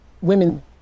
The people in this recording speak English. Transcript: women